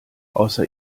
außer